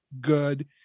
good